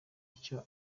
icyo